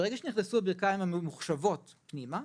ברגע שנכנסו הברכיים הממוחשבות פנימה,